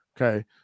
Okay